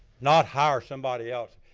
not hire somebody else.